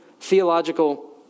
theological